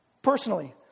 Personally